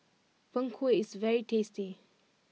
Png Kueh is very tasty